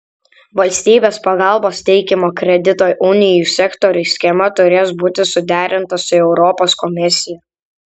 valstybės pagalbos teikimo kredito unijų sektoriui schema turės būti suderinta su europos komisija